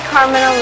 Carmen